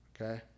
okay